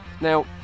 Now